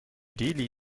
delhi